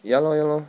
ya lor ya lor